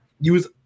use